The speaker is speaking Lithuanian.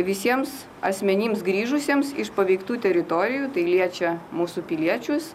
visiems asmenims grįžusiems iš paveiktų teritorijų tai liečia mūsų piliečius